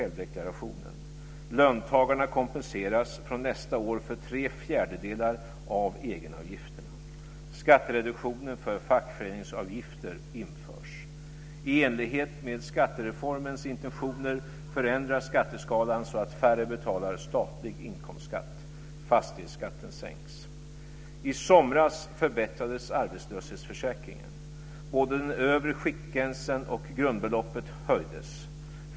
Löntagarna kompenseras från nästa år för tre fjärdedelar av egenavgifterna. Skattereduktionen för fackföreningsavgifter införs. I enlighet med skattereformens intentioner förändras skatteskalan så att färre betalar statlig inkomstskatt. Fastighetsskatten sänks. I somras förbättrades arbetslöshetsförsäkringen. Både den övre skiktgränsen och grundbeloppet höjdes.